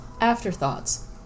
Afterthoughts